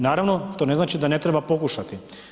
Naravno, to ne znači da ne treba pokušati.